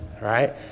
right